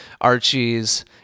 Archie's